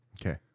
Okay